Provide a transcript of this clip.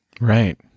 Right